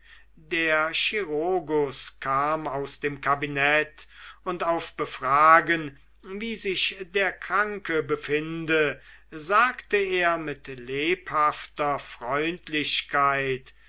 der chirurgus kam aus dem kabinett und auf befragen wie sich der kranke befinde sagte er mit lebhafter freundlichkeit